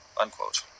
unquote